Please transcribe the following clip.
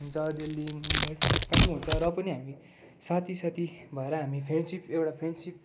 हुन्छ दिल्ली मुम्बई कहाँ कहाँको हुन्छ र पनि हामी साथी साथी भएर हामी फ्रेन्डसिप एउटा फ्रेन्डसिप